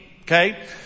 Okay